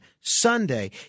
Sunday